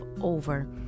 over